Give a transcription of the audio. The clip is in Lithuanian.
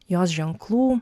jos ženklų